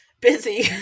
Busy